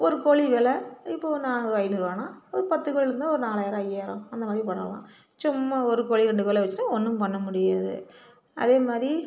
ஒரு கோழி வில இப்போ ஒரு நாநூறு ஐநூறுபானா ஒரு பத்து கோழி இருந்தால் ஒரு நாலாயிரம் ஐயாயிரம் அந்தமாதிரி பண்ணலாம் சும்மா ஒரு கோழி ரெண்டு கோழியெலாம் வச்சிட்டு ஒன்றும் பண்ணமுடியாது அதேமாதிரி